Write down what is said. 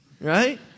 right